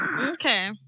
Okay